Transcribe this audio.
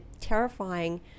terrifying